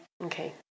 Okay